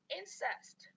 incest